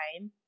time